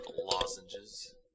lozenges